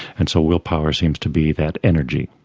and so willpower seems to be that energy.